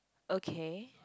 okay